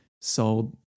sold